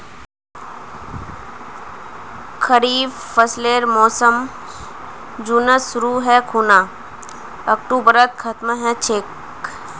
खरीफ फसलेर मोसम जुनत शुरु है खूना अक्टूबरत खत्म ह छेक